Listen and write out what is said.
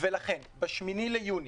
לכן ב-8 ביוני,